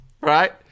right